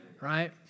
Right